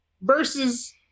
Versus